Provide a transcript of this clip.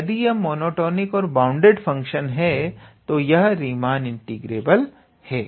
और यदि यह मोनोटॉनिक और बाउंडेड फंक्शंस है तो यह रीमान इंटीग्रेबल है